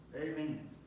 Amen